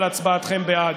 על הצבעתכם בעד,